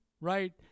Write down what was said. right